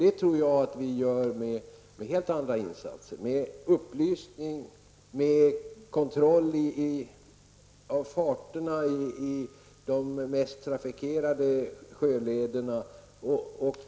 Jag tror att vi gör detta med helt andra insatser, med upplysning och kontroll av farterna i de mest trafikerade sjölederna.